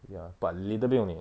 ya but little bit only